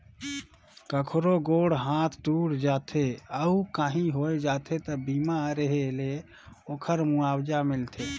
कखरो गोड़ हाथ टूट जाथे अउ काही होय जाथे त बीमा रेहे ले ओखर मुआवजा मिलथे